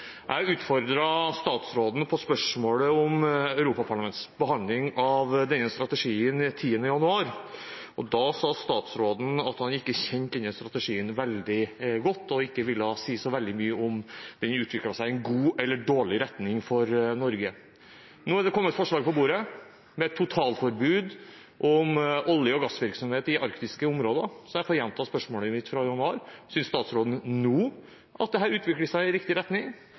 Jeg utfordret statsråden på spørsmålet om Europaparlamentets behandling av denne strategien 10. januar. Da sa statsråden at han ikke kjente denne strategien veldig godt, og at han ikke ville si så mye om den har utviklet seg i god eller dårlig retning for Norge. Nå er det kommet et forslag på bordet, med totalforbud mot olje- og gassvirksomhet i arktiske områder. Så jeg får gjenta spørsmålet mitt fra januar: Synes statsråden nå at det har utviklet seg i riktig retning?